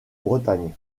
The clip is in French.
bretagne